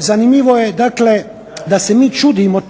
zanimljivo je dakle da se mi čudimo